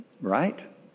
right